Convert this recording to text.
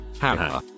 haha